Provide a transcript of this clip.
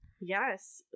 Yes